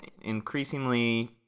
increasingly